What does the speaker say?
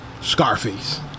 Scarface